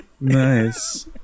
Nice